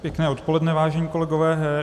Pěkné odpoledne vážení kolegové.